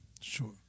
Sure